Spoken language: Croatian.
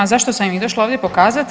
Zašto sam ih došla ovdje pokazati?